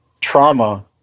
trauma